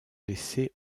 laisser